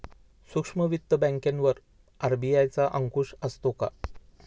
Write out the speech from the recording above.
सूक्ष्म वित्त बँकेवर आर.बी.आय चा अंकुश असतो का?